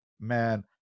man